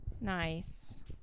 Nice